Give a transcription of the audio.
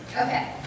Okay